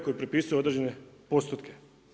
Koji propisuju određene postupke.